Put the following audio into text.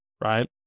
right